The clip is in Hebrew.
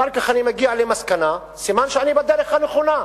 אחר כך אני מגיע למסקנה: סימן שאני בדרך הנכונה.